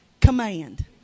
command